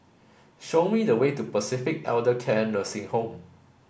show me the way to Pacific Elder Care Nursing Home